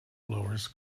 blowers